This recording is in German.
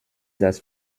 das